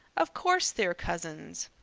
of course they're cousins.